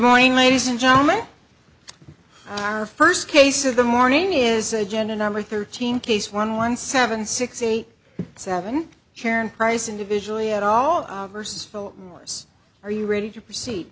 morning ladies and gentlemen our first case of the morning is a jenna number thirteen case one one seven six eight seven prize individually at all adverse philip morris are you ready to proceed